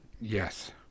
Yes